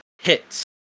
hits